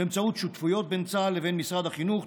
באמצעות שותפויות בין צה"ל לבין משרד החינוך,